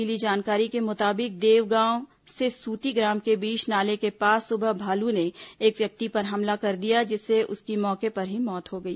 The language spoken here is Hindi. मिली जानकारी के मुताबिक देवगांव से सूतीग्राम के बीच नाला के पास सुबह भालू ने एक व्यक्ति पर हमला कर दिया जिससे उसकी मौके पर ही मौत हो गई